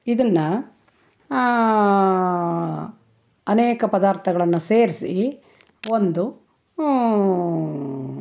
ಇದನ್ನ ಅನೇಕ ಪದಾರ್ಥಗಳನ್ನು ಸೇರಿಸಿ ಒಂದು